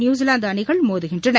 New Zealand அணிகள் மோதுகின்றன